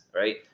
Right